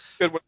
Good